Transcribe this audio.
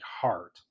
heart